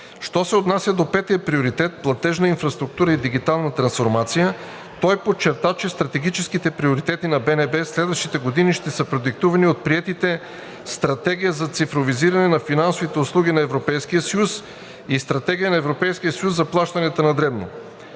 Що се отнася до петия приоритет – платежна инфраструктура и дигитална трансформация, той подчерта, че стратегическите приоритети на БНБ следващите години ще са продиктувани от приетите „Стратегия за цифровизиране на финансовите услуги на Европейския съюз“ и „Стратегия на Европейския съюз за плащанията на дребно“.